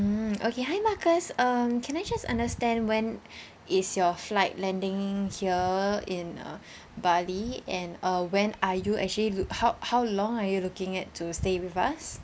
mm okay hi marcus um can I just understand when is your flight landing here in uh bali and uh when are you actually look how how long are you looking at to stay with us